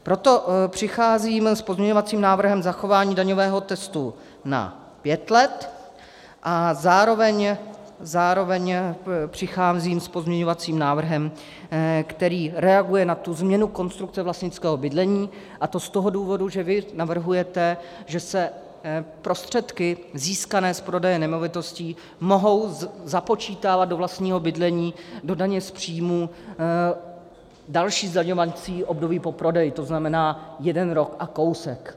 Proto přicházím s pozměňovacím návrhem zachování daňového testu na pět let a zároveň přicházím s pozměňovacím návrhem, který reaguje na tu změnu konstrukce vlastnického bydlení, a to z toho důvodu, že vy navrhujete, že se prostředky získané z prodeje nemovitostí mohou započítávat do vlastního bydlení do daně z příjmů další zdaňovací období po prodeji, to znamená jeden rok a kousek.